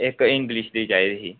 इक इंगलिश दी चाही दी ही